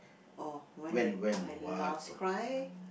oh when did I last cry